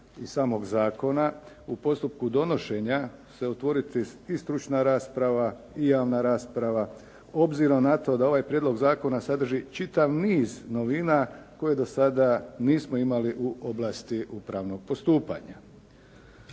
i samog zakona, postupku donošenja se otvoriti i stručna rasprava i javna rasprava obzirom na to da ovaj prijedlog zakona sadrži čitav niz novina koje do sada nismo imali u oblasti upravnog postupanja.